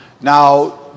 Now